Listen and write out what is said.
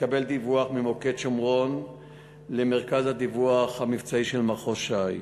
התקבל דיווח ממוקד שומרון למרכז הדיווח המבצעי של מחוז ש"י